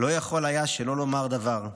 לא יכול היה שלא לומר דבר,